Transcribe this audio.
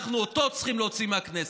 אנחנו אותו צריכים להוציא מהכנסת.